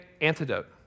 antidote